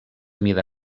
mida